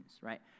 right